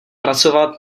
pracovat